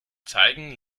zeigen